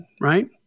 right